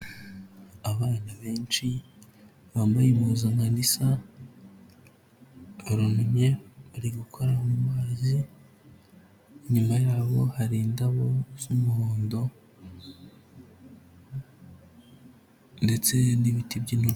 Abana benshi bambaye impuzankano zisa, umwe ari gukora mu mazi, inyuma yabo hari indabo z'umuhondo ndetse n'ibiti by'inu.